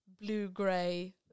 blue-gray